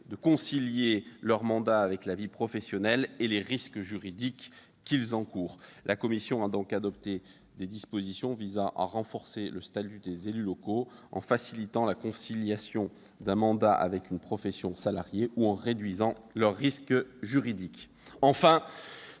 de concilier leur mandat avec leur vie professionnelle et les risques juridiques qu'ils courent. La commission des lois a donc adopté des dispositions visant à renforcer le statut des élus locaux, en facilitant la conciliation de l'exercice d'un mandat avec une profession salariée ou en réduisant les risques juridiques pesant